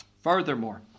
Furthermore